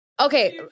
Okay